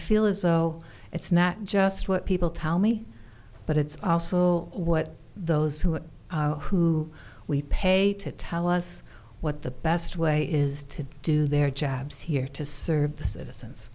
feel as though it's not just what people tell me but it's also what those who who we pay to tell us what the best way is to do their jobs here to serve the citizens